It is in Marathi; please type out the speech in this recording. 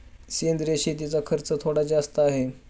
सेंद्रिय शेतीचा खर्च थोडा जास्त आहे